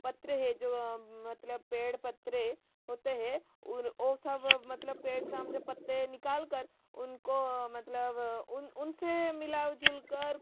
पत्र है जो मतलब पेड़ पत्र है होता है ऊर वह सब मतलब पेड़ से हम जब पत्ते निकाल कर उनको मतलब उन उनसे मिल जुल कर